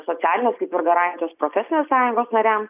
socialinės garantijos profesinės sąjungos nariam